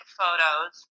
photos